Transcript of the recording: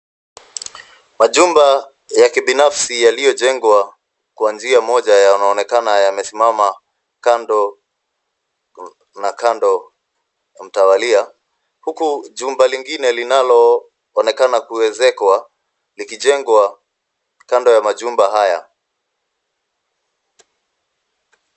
Majumba ya kibinafsi yaliyojengwa kwa njia moja yanaonekana yamesimama na kando mtawalia. Huku jumba lingine linaloonekana kuekezwa likijengwa kando ya majumba haya.